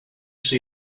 see